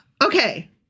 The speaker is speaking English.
Okay